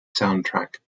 soundtrack